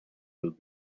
will